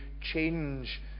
change